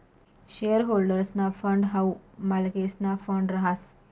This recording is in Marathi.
शेअर होल्डर्सना फंड हाऊ मालकेसना फंड रहास